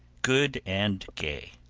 good and gay.